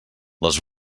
les